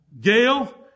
Gail